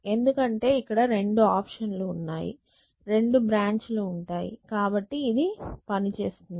ఎందుకంటే ఇక్కడ రెండు ఆప్షన్ లు ఉన్నాయి రెండు బ్రాంచ్ లు ఉంటాయి కాబట్టి ఇది పని చేస్తుంది